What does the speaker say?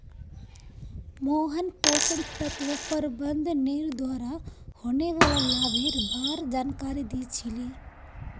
मोहन पोषण तत्व प्रबंधनेर द्वारा होने वाला लाभेर बार जानकारी दी छि ले